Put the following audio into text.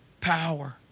power